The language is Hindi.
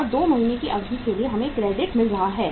और 2 महीने की अवधि के लिए हमें क्रेडिट मिल रहा है